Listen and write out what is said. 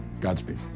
Godspeed